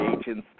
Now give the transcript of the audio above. agents